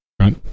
Right